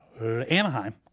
Anaheim